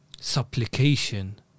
supplication